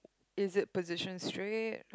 is it positioned straight